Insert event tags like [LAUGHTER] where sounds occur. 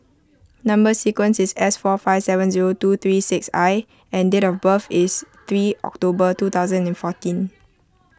Number Sequence is S four five seven zero two three six I and date of [NOISE] birth is three October two thousand and fourteen